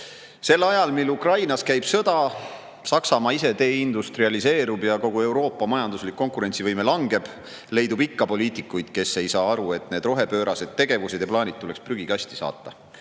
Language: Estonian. Sel ajal, kui Ukrainas käib sõda, Saksamaa ise deindustrialiseerub ja kogu Euroopa majanduslik konkurentsivõime langeb, leidub ikka poliitikuid, kes ei saa aru, et need rohepöörased tegevused ja plaanid tuleks prügikasti saata.